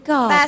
God